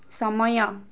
ସମୟ